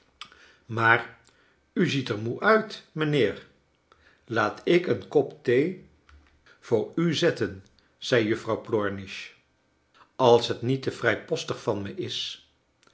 maar u ziet er moe uit mijnheer laat ik een kop thee voor chaeles dickens u zetten zei juffrouw plornish als het niet te vrijpostig van me is